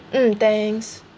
mm thanks